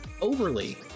Overly